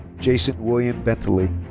jason william bentley.